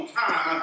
time